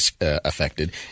affected